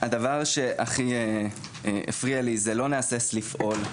הדבר שהכי הפריע לי זה "לא נהסס לפעול".